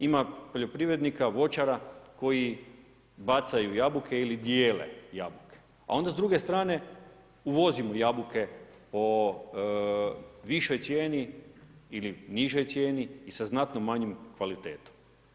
Ima poljoprivrednika, voćara, koji bacaju jabuke ili dijele jabuke, a onda s druge strane, uvozimo jabuke po višoj cijeni ili po nižoj cijeni i sa znatnoj manjoj kvalitetnom.